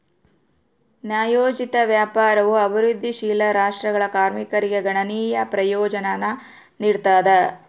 ನ್ಯಾಯೋಚಿತ ವ್ಯಾಪಾರವು ಅಭಿವೃದ್ಧಿಶೀಲ ರಾಷ್ಟ್ರಗಳ ಕಾರ್ಮಿಕರಿಗೆ ಗಣನೀಯ ಪ್ರಯೋಜನಾನ ನೀಡ್ತದ